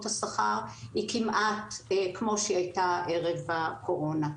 השכר היא כמעט כמו שהייתה ערב הקורונה.